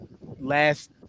Last